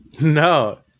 no